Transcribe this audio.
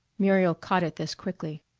muriel caught at this quickly.